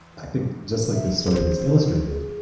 i think just like the story has illustrated.